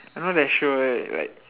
I'm not that sure eh like